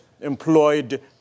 employed